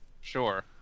Sure